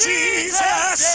Jesus